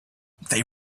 they